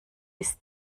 ist